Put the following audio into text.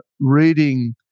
reading